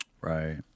Right